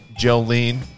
Jolene